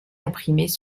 imprimés